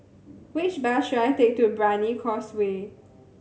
which bus should I take to Brani Causeway